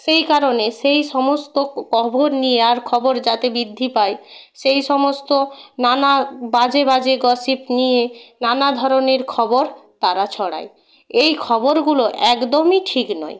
সেই কারণে সেই সমস্ত কবর নেওয়ার খবর যাতে পায় সেই সমস্ত নানা বাজে বাজে গসিপ নিয়ে নানা ধরনের খবর তারা ছড়ায় এই খবরগুলো একদমই ঠিক নয়